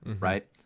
Right